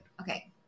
Okay